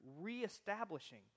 reestablishing